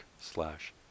slash